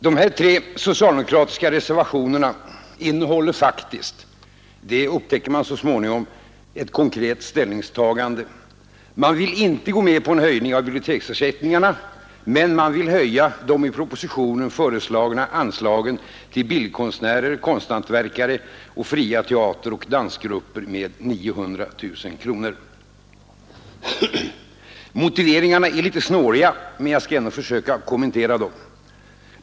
De tre socialdemokratiska reservationerna innehåller faktiskt — det upptäcker man så småningom — ett konkret ställningstagande. Man vill gå med på en höjning av biblioteksersättningen men man vill höja de i propositionen föreslagna anslagen till bildkonstnärer, konsthantverkare och fria teateroch dansgrupper med 900 000 kronor. Motiveringarna är litet snåriga, men jag skall ändå försöka kommentera dem.